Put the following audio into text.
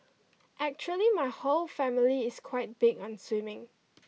actually my whole family is quite big on swimming